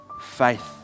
faith